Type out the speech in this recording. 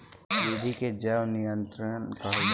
विधि के जैव नियंत्रण कहल जाला